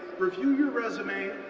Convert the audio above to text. review your resume,